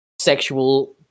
sexual